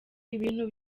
ibintu